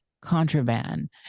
contraband